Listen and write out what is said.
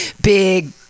big